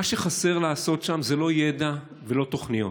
מה שחסר לעשות שם זה לא ידע ולא תוכניות.